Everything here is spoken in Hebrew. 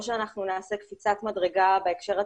שאנחנו נעשה קפיצת מדרגה בהקשר התעסוקתי,